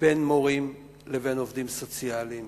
בין מורים לבין עובדים סוציאליים,